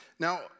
Now